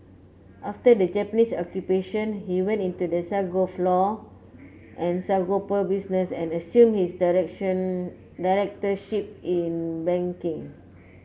after the Japanese Occupation he went into the sago flour and sago pearl business and assumed his directorship in banking